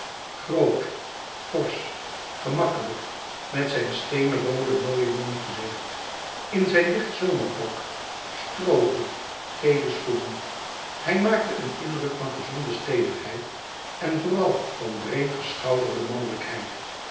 groot forsch gemakkelijk met zijn steenroode mooie mangezicht in zijn licht zomerpak stroohoed gele schoenen hij maakte een indruk van gezonde stevigheid en vooral van breedschouderde mannelijkheid